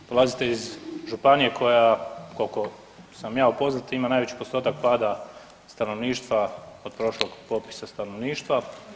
Dolazite iz županije koliko sam ja upoznat ima najveći postotak pada stanovništva od prošlog popisa stanovništva.